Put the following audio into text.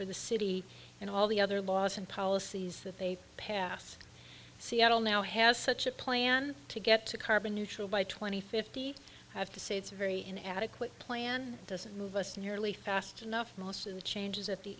for the city and all the other laws and policies that they pass seattle now has such a plan to get to carbon neutral by two thousand and fifty have to say it's a very inadequate plan doesn't move us nearly fast enough most of the changes at the